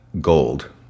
gold